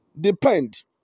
depend